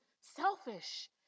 selfish